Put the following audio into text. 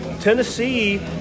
Tennessee